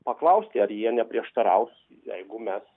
paklausti ar jie neprieštaraus jeigu mes